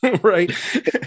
right